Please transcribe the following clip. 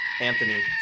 Anthony